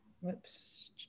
whoops